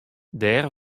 dêr